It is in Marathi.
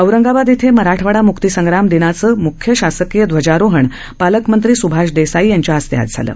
औरंगाबाद इथं मराठवाडा मुक्तिसंग्राम दिनाचं मुख्य शासकीय ध्वजारोहण पालकमंत्री सुभाष देसाई यांच्या हस्ते झालं